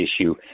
issue